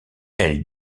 elle